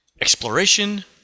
exploration